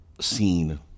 scene